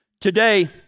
Today